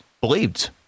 believed